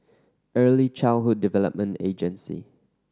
Early Childhood Development Agency